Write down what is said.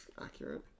accurate